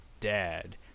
dad